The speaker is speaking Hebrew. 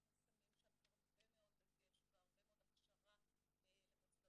אנחנו שמים שם הרבה מאוד דגש והרבה מאוד הכשרה למוסדות